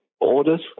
orders